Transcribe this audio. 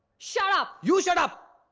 shut up! you shut up!